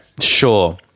Sure